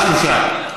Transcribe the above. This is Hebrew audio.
ארבעה או שלושה?